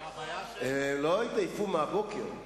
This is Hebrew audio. הם הרי לא התעייפו מהבוקר.